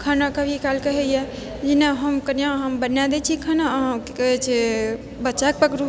खाना कभी काल कहइये जे नहि हम कनियाँ हम बनाय दै छी खाना अहाँ की कहय छै बच्चाके पकड़ू